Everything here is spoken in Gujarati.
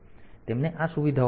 તેથી તેમને આ સુવિધાઓ મળી છે